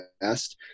best